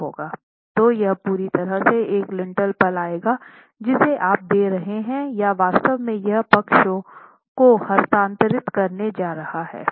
तो यह पूरी तरह से एक लिंटेल पर आएगा जिसे आप दे रहे हैं या वास्तव में यह पक्षों को हस्तांतरित करने जा रहा हैं